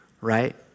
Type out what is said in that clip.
right